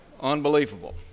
Unbelievable